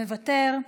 מוותר.